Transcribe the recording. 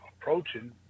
approaching